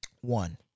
One